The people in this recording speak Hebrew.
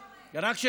רק של ההורה.